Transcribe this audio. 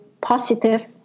positive